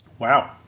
Wow